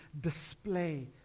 display